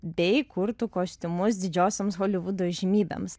bei kurtų kostiumus didžiosioms holivudo įžymybėms